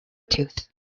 tooth